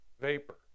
vapor